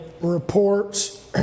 reports